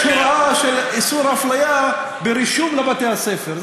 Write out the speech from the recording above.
יש הוראה של איסור אפליה ברישום לבתי הספר.